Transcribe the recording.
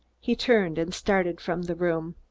he turned and started from the room.